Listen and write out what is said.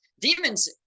demons